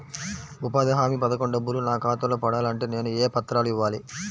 ఉపాధి హామీ పథకం డబ్బులు నా ఖాతాలో పడాలి అంటే నేను ఏ పత్రాలు ఇవ్వాలి?